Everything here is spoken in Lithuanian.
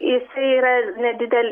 jis yra nedidel